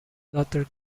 daughter